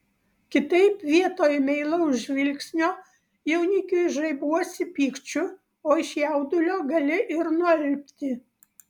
kitaip vietoj meilaus žvilgsnio jaunikiui žaibuosi pykčiu o iš jaudulio gali ir nualpti